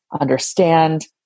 understand